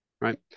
right